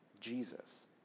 Jesus